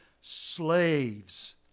slaves